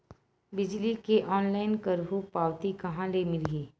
बिजली के ऑनलाइन करहु पावती कहां ले मिलही?